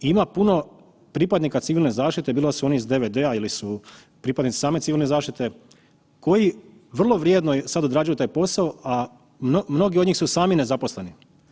Ima puno pripadnika Civilne zaštite bilo da su oni iz DVD-a ili su pripadnici same Civilne zaštite koji vrlo vrijedno sada odrađuju taj posao, a mnogi od njih su sami nezaposleni.